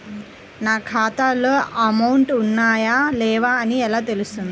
నా ఖాతాలో అమౌంట్ ఉన్నాయా లేవా అని ఎలా తెలుస్తుంది?